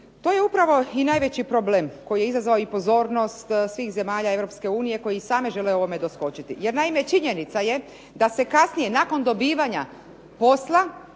to je upravo i najveći problem koji je izazvao i pozornost svih zemalja Europske unije koje i same žele ovome doskočiti. Jer naime, činjenica je da se kasnije nakon dobivanja posla